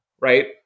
right